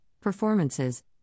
performances